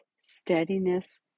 Steadiness